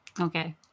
Okay